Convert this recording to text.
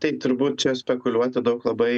tai turbūt čia spekuliuoti daug labai